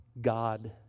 God